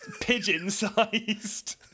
pigeon-sized